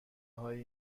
هایی